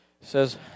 says